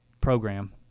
program